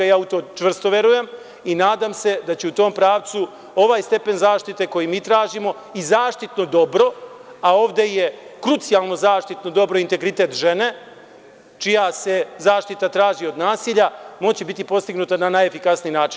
Ja u to čvrsto verujem i nadam se da će u tom pravcu ovaj stepen zaštite koji mi tražimo i zaštitno dobro, a ovde je krucijalno zaštitno dobro integritet žene, čija se zaštita traži od nasilja, moći biti postignuto na najefikasniji način.